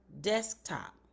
desktop